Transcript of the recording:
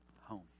home